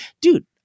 dude